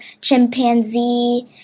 chimpanzee